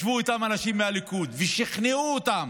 ישבו איתם אנשים מהליכוד ושכנעו אותם